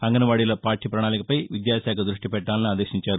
అంగన్వాడీల పార్యపణాళికపై విద్యా శాఖ దృష్టి పెట్టాలని ఆదేశించారు